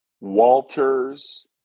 Walters